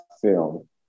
film